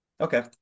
Okay